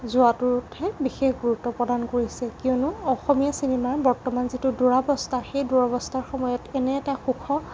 যোৱাটোতহে বিশেষ গুৰুত্ব প্ৰদান কৰিছে কিয়নো অসমীয়া চিনেমাৰ বৰ্তমান যিটো দুৰাৱস্থা সেই দুৰাৱস্থাৰ সময়ত এনে এটা সুখৰ